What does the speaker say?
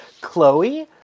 Chloe